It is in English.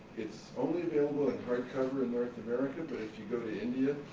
it's only available in hard cover in north america, but if you go to india,